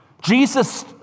Jesus